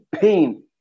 pain